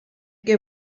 que